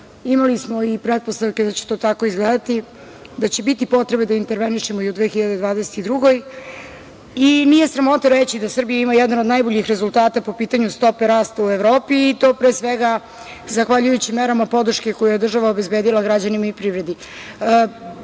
imali smo i pretpostavke da će to tako izgledati, da će biti potrebe da intervenišemo i u 2022. godini. Nije sramota reći da Srbija ima jedan od najboljih rezultata po pitanju stope rasta u Evropi i to pre svega zahvaljujući merama podrške koje je država obezbedila građanima i privredi. Rekli